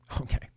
Okay